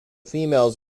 females